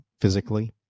physically